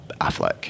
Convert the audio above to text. Affleck